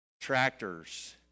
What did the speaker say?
tractors